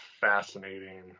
fascinating